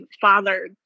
father